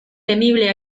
temible